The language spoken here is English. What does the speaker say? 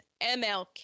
MLK